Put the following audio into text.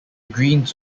greens